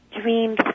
dreams